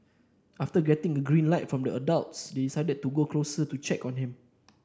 after getting a green light from the adults they decided to go closer to check on him